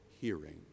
hearing